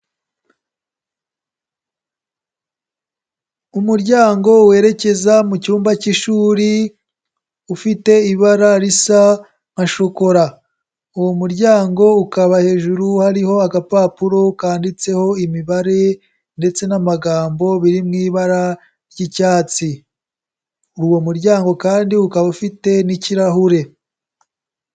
Umuryango werekeza mu cyumba cy'ishuri, ufite ibara risa nka shokora. Uwo muryango ukaba hejuru hariho agapapuro kanditseho imibare ndetse n'amagambo biri mu ibara ry'icyatsi, uwo muryango kandi ukaba ufite n'ikirahure.